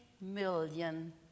million